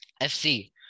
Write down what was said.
FC